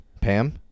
Pam